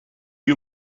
you